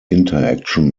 interaction